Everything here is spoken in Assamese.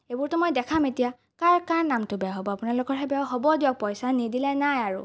এইবোৰতো মই দেখাম এতিয়া কাৰ কাৰ নামতো বেয়া হ'ব আপোনালোকৰহে বেয়া হ'ব দিয়ক পইচা নিদিলে নাই আৰু